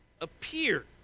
appear